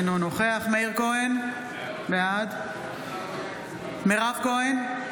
אינו נוכח מאיר כהן, בעד מירב כהן,